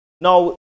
Now